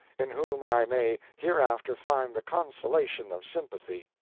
in whom i may hereafter find the consolation of sympathy.